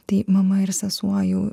tai mama ir sesuo jau